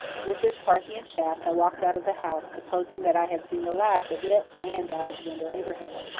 with this parthian shaft i walked out of the house, supposing that i had seen the last of it and alexander abraham.